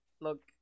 look